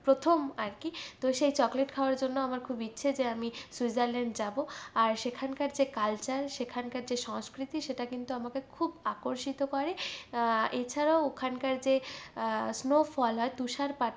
প্রথম আর কি তো সেই চকলেট খাওয়ার জন্য আমার খুব ইচ্ছে যে আমি সুইজারল্যান্ড যাবো আর সেখানকার যে কালচার সেখানকার যে সংস্কৃতি সেটা কিন্তু আমাকে খুব আকর্ষিত করে এছাড়াও ওখানকার যে স্নো ফল হয় তুষারপাত হয়